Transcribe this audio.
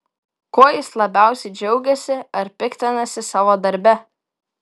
kuo jis labiausiai džiaugiasi ar piktinasi savo darbe